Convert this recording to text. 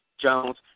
Jones